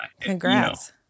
Congrats